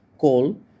coal